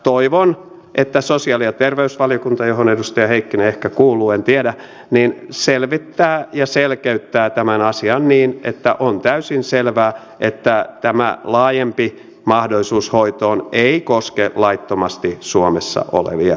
toivon että sosiaali ja terveysvaliokunta johon edustaja heikkinen ehkä kuuluu en tiedä selvittää ja selkeyttää tämän asian niin että on täysin selvää että tämä laajempi mahdollisuus hoitoon ei koske laittomasti suomessa olevia ihmisiä